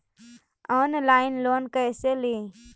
Online loan कैसे ली?